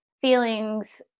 feelings